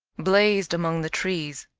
blazed among the trees.